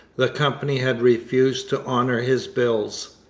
the company had refused to honour his bills.